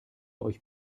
euch